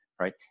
right